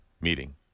meeting